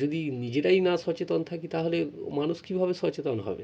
যদি নিজেরাই না সচেতন থাকি তাহলে মানুষ কীভাবে সচেতন হবে